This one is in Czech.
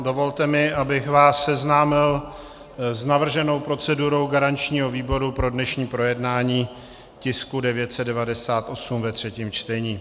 Dovolte mi, abych vás seznámil s navrženou procedurou garančního výboru pro dnešní projednání tisku 998 ve třetím čtení.